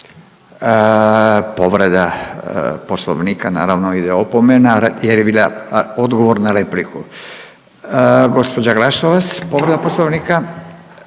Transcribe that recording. Povreda poslovnika naravno ide opomena jer je bila odgovor na repliku. Gospođa Glasovac povreda poslovnika.